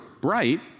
bright